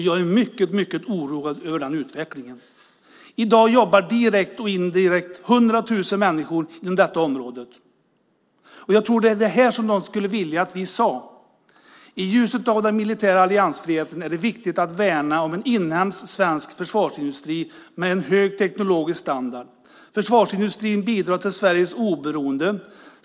Jag är mycket oroad över den utvecklingen. I dag jobbar direkt och indirekt hundratusen människor inom detta område. Jag tror att det är här som de skulle vilja att vi sade: I ljuset av den militära alliansfriheten är det viktigt att värna om en inhemsk svensk försvarsindustri med en hög teknologisk standard. Försvarsindustrin bidrar till Sveriges oberoende.